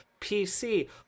PC